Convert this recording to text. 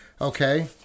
Okay